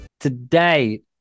Today